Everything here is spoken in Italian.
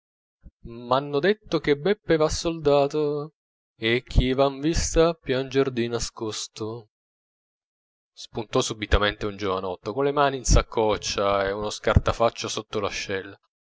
m'hanno detto che beppe va soldato e che vi han vista pianger di nascosto spuntò subitamente un giovanotto con le mani in saccoccia e uno scartafaccio sotto l'ascella